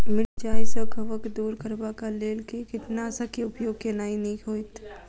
मिरचाई सँ कवक दूर करबाक लेल केँ कीटनासक केँ उपयोग केनाइ नीक होइत?